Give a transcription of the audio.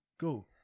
Go